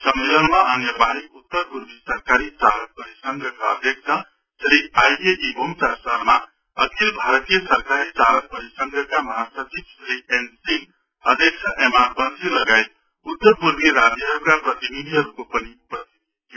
सम्मेलनमा अन्य बाहेक उत्तरपूर्वी सरकारी चालक परिसंघका अध्यक्ष श्री आई के इबुम्चा शर्मा अखिल भातीय सरकारी चालक परिसंघका महासचिव श्री एन सिंह अध्यक्ष एमआर वंसी लगायत उत्तरपूर्वी राज्यहरूका प्रतिनिधिहरूको पनि उपस्थिति थियो